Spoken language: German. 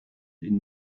den